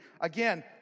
Again